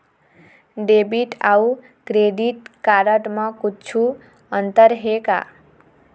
Debit अऊ credit card म कुछू अंतर हे का?